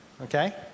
Okay